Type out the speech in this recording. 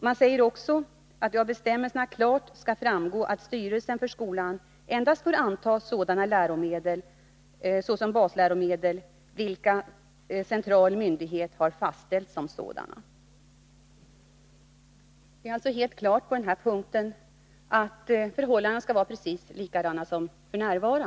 Det anförs också i betänkandet att det ”av bestämmelserna klart skall framgå att styrelsen för skolan endast får anta sådana läromedel såsom basläromedel vilka central statlig myndighet har fastställt som sådana”. Det är alltså helt klart på den här punkten att förhållandena skall vara precis likadana som f. n.